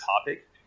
topic